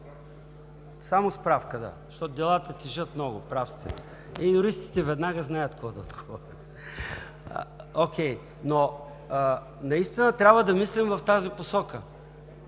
Само справка, да. Защото делата тежат много, прав сте – юристите веднага знаят какво да отговорят. Окей! Наистина трябва да мислим в тази посока.